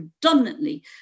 predominantly